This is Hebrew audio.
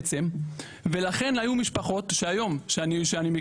ולכן היו משפחות שהיום אני מכיר.